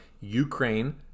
Ukraine